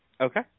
Okay